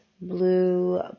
blue